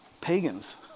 pagans